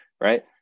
right